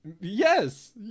yes